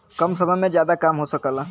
कम समय में जादा काम हो सकला